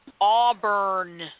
Auburn